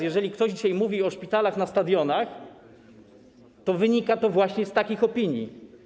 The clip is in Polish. Jeżeli ktoś dzisiaj mówi o szpitalach na stadionach, to wynika to właśnie z takich opinii.